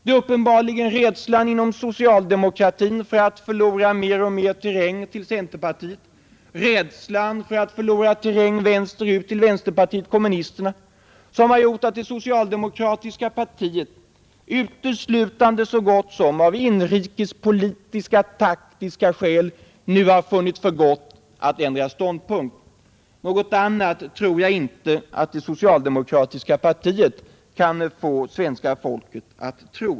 Det är uppenbarligen rädslan inom socialdemokratin för att förlora mer och mer terräng till centerpartiet och rädslan för att förlora terräng vänsterut till vänsterpartiet kommunisterna som har gjort att det socialdemokratiska partiet så gott som uteslutande av inrikespolitiska taktiska skäl nu har funnit för gott att ändra ståndpunkt. Något annat tror jag inte att det socialdemokratiska partiet kan få svenska folket att tro.